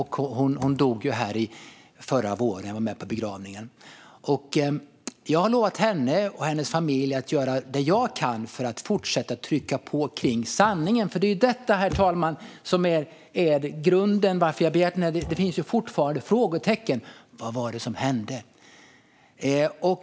Hon dog förra våren, och jag var med på begravningen. Jag har lovat henne och hennes familj att göra vad jag kan för att fortsätta trycka på för att få fram sanningen. Det är detta, herr talman, som är grunden för denna interpellation. Det finns fortfarande frågetecken kring vad som hände.